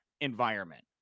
environment